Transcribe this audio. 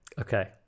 Okay